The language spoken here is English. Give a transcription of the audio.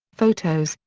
photos,